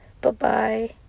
Bye-bye